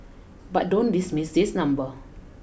but don't dismiss this number